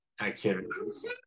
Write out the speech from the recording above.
Activities